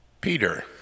Peter